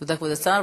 תודה, כבוד השר.